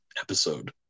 episode